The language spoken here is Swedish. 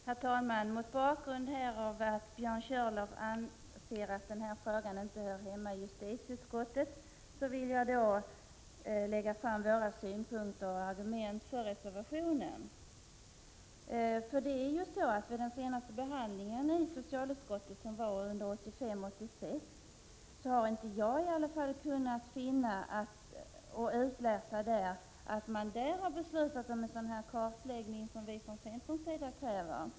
Herr talman! Eftersom Björn Körlof anser att denna fråga inte hör hemma i justitieutskottet, vill jag lägga fram våra synpunkter och argument för reservationen. Vid den senaste behandlingen inom socialutskottet, 1985/86, kunde i varje fall inte jag finna att man beslutat om en sådan kartläggning som centern kräver.